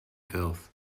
filth